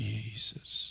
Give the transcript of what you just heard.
Jesus